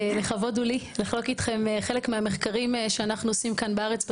לכבוד הוא לי לחלוק איתכם חלק מהמחקרים שאנחנו עושים כאן בארץ בטכניון.